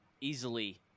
Easily